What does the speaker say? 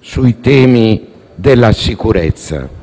sui temi della sicurezza.